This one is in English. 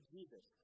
Jesus